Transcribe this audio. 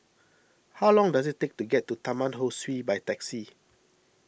how long does it take to get to Taman Ho Swee by taxi